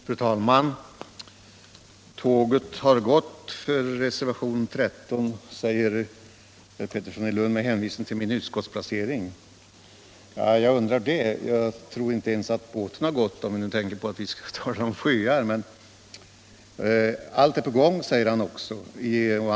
Fru talman! Tåget har gått för reservationen 13, säger herr Pettersson i Lund, med hänvisning till min utskottsplacering. Jag undrar det. Jag tror inte ens att båten har gått — med tanke på att vi talar om sjöar! Allt är på gång, säger herr Pettersson också.